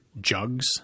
jugs